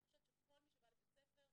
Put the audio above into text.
אני חושבת שכל מי שבא לבית ספר,